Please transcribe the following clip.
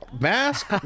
mask